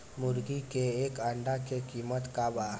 मुर्गी के एक अंडा के कीमत का बा?